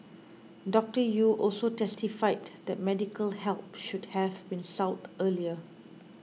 Doctor Yew also testified that medical help should have been sought earlier